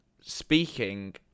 speaking